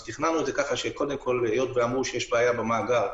היות שאמרו שיש בעיה במאגר,